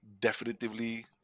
definitively